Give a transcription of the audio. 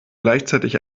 gleichzeitig